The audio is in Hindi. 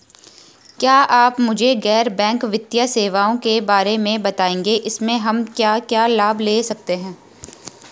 क्या आप मुझे गैर बैंक वित्तीय सेवाओं के बारे में बताएँगे इसमें हम क्या क्या लाभ ले सकते हैं?